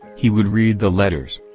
he would read the letters.